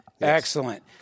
Excellent